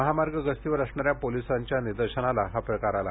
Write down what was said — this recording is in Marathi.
महामार्ग गस्तीवर असणाऱ्या पोलिसांच्या निदर्शनास हा प्रकार आला